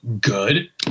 Good